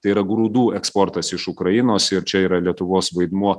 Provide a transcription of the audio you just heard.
tai yra grūdų eksportas iš ukrainos ir čia yra lietuvos vaidmuo